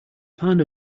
pound